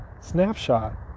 Snapshot